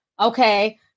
Okay